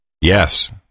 Yes